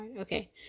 Okay